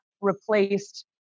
replaced